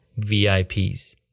VIPs